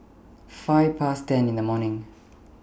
five Past ten in The morning